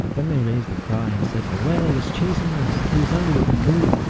then they raised a cry, and said, a whale is chasing us! he is under the canoe!